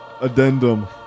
addendum